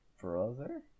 brother